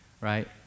right